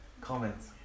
Comments